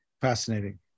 fascinating